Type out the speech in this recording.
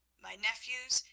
my nephews,